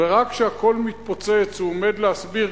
ורק כשהכול מתפוצץ הוא עומד להסביר,